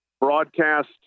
broadcast